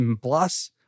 plus